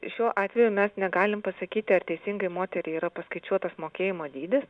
šiuo atveju mes negalim pasakyti ar teisingai moteriai yra paskaičiuotas mokėjimo dydis